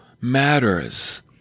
matters